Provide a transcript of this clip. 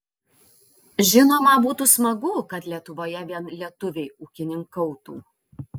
žinoma būtų smagu kad lietuvoje vien lietuviai ūkininkautų